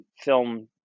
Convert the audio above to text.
film